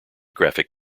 graphic